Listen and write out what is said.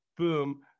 boom